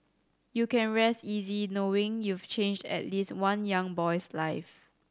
you can rest easy knowing you've changed at least one young boy's life